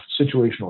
situational